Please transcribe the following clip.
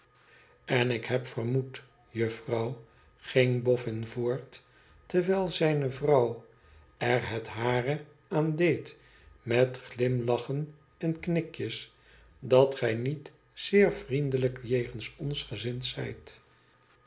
n ik heb vermoed juffrouw ging boffin voort terwijl zijne vrouw er het hare aan deed met glimlachen en knikjes t dat gij niet zeer vrien deiijk jegens ons gezmd zijt